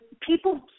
people